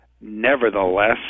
nevertheless